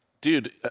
Dude